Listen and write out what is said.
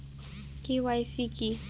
KYC কী?